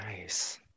nice